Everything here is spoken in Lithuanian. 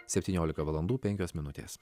septyniolika valandų penkios minutės